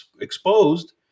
exposed